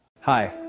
Hi